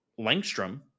langstrom